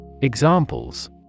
Examples